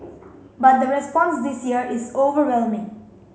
but the response this year is overwhelming